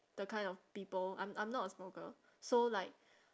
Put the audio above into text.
the kind of people I'm I'm not a smoker so like